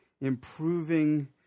improving